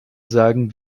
sagen